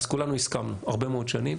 אז כולנו הסכמנו הרבה מאוד שנים.